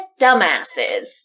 dumbasses